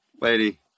lady